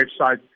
website